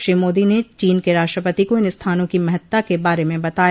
श्री मोदी ने चीन क राष्ट्रपति को इन स्थानों की महत्ता के बारे में बताया